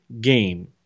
game